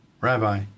Rabbi